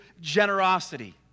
generosity